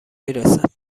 میرسد